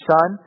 Son